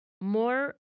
more